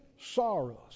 sorrows